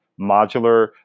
modular